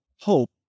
hope